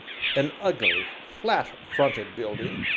an ugly, flat-fronted building,